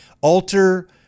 alter